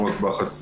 לא רק בחסות.